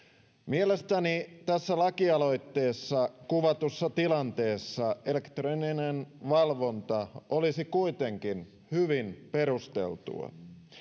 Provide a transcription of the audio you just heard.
mielestäni tässä lakialoitteessa kuvatussa tilanteessa elektroninen valvonta olisi kuitenkin hyvin perusteltua se että